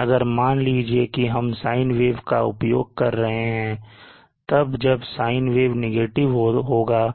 अगर मान लीजिए कि हम sine wave उपयोग कर रहे हैं तब जब sine wave नेगेटिव होगा